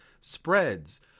spreads